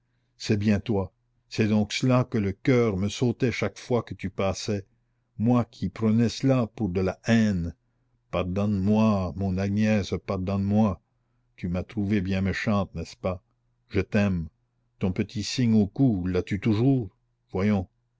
c'est bien toi c'est donc cela que le coeur me sautait chaque fois que tu passais moi qui prenais cela pour de la haine pardonne-moi mon agnès pardonne-moi tu m'as trouvée bien méchante n'est-ce pas je t'aime ton petit signe au cou l'as-tu toujours voyons